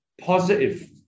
positive